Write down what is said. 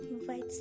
invite